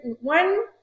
one